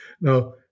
Now